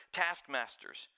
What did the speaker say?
taskmasters